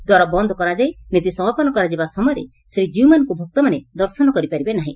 ଦ୍ୱାର ବନ୍ଦ କରାଯାଇ ନୀତି ସମାପନ କରାଯିବା ସମୟରେ ଶ୍ରୀକୀଉମାନଙ୍କୁ ଭକ୍ତମାନେ ଦର୍ଶନ କରିପାରିବେ ନାହି